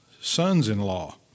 sons-in-law